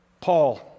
Paul